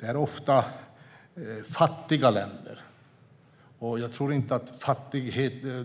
Det är ofta fattiga länder. Men jag tror inte att